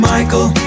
Michael